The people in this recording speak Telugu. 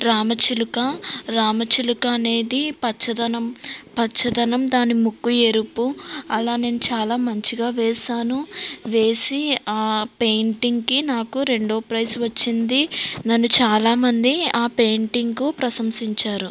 రామచిలుక రామచిలుక అనేది పచ్చదనం పచ్చదనం దాని ముక్కు ఎరుపు అలా నేను చాలా మంచిగా వేసాను వేసి ఆ పెయింటింగ్కి నాకు రెండో ప్రైజ్ వచ్చింది నన్ను చాలామంది ఆ పెయింటింగ్కు ప్రశంసించారు